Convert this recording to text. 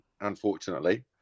unfortunately